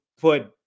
put